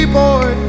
boy